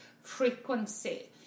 frequency